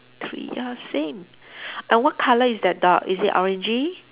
three ah same and what colour is that dog is it orangey